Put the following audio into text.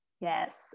Yes